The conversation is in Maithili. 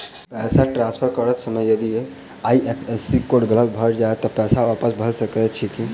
पैसा ट्रान्सफर करैत समय यदि आई.एफ.एस.सी कोड गलत भऽ जाय तऽ पैसा वापस भऽ सकैत अछि की?